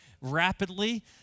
rapidly